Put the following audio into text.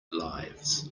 lives